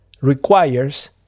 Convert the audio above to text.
requires